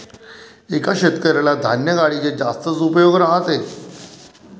एका शेतकऱ्याला धान्य गाडीचे जास्तच उपयोग राहते